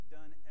done